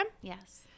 Yes